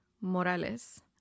Morales